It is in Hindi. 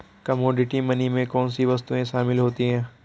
कमोडिटी मनी में कौन सी वस्तुएं शामिल होती हैं?